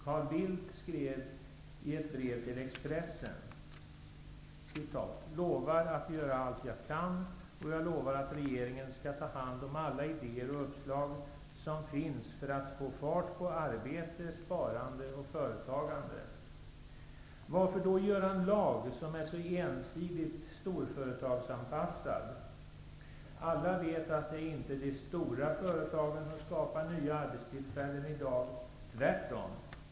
Carl Bildt skrev i ett brev till Expressen: ''lovar att göra allt jag kan. Och jag lovar att regeringen skall ta hand om alla idéer och uppslag som finns för att få fart på arbete, sparande och företagande.'' Varför då stifta en lag som är så ensidigt storföretagsanpassad? Alla vet att det inte är de stora företagen som skapar nya arbetstillfällen i dag, tvärtom.